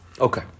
Okay